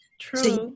True